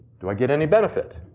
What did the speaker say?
do i get any benefit?